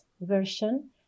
version